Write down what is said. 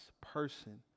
person